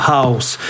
House